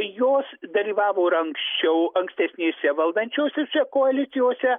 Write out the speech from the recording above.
jos dalyvavo ir anksčiau ankstesnėse valdančiosiose koalicijose